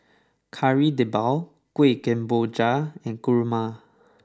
Kari Debal Kuih Kemboja and Kurma